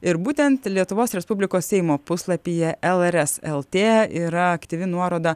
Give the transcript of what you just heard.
ir būtent lietuvos respublikos seimo puslapyje lrs lt yra aktyvi nuoroda